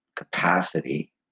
Capacity